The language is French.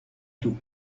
tout